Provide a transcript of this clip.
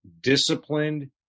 disciplined